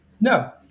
No